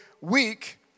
week